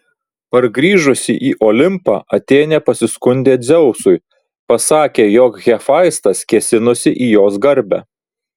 pargrįžusi į olimpą atėnė pasiskundė dzeusui pasakė jog hefaistas kėsinosi į jos garbę